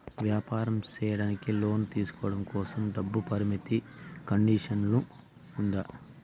వ్యాపారం సేయడానికి లోను తీసుకోవడం కోసం, డబ్బు పరిమితి కండిషన్లు ఉందా?